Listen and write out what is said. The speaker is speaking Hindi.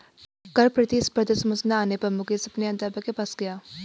कर प्रतिस्पर्धा समझ ना आने पर मुकेश अपने अध्यापक के पास गया